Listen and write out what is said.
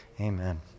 Amen